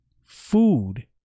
food